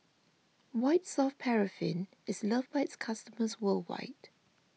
White Soft Paraffin is loved by its customers worldwide